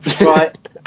Right